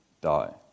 die